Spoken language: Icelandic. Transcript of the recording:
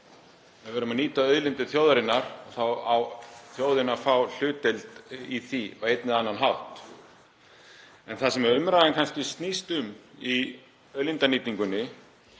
að við verðum að nýta auðlindir þjóðarinnar og þá á þjóðin að fá hlutdeild í því á einn eða annan hátt. En það sem umræðan kannski snýst um í auðlindanýtingunni